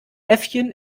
äffchen